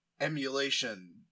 emulation